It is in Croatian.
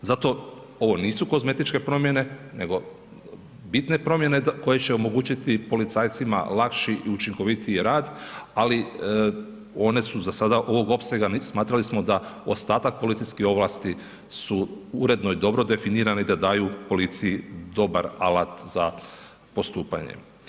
Zato ovo nisu kozmetičke promjene, nego bitne promjene koje će omogućiti policajcima lakši i učinkovitiji rad, ali one su za sada ovog opsega, smatrali smo da ostatak policijskih ovlasti su uredno i dobro definirane i da daju policiji dobar alat za postupanje.